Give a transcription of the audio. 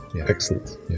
Excellent